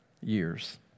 years